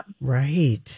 Right